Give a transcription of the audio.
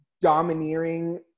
domineering